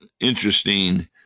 interesting